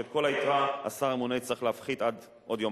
את כל היתרה השר הממונה יצטרך להפחית עד עוד יומיים.